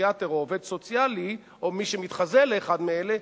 פסיכיאטר או עובד סוציאלי או מי שמתחזה לאחד מאלה,